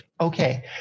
Okay